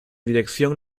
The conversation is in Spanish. dirección